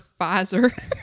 Pfizer